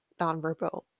nonverbal